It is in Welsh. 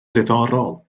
diddorol